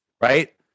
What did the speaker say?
Right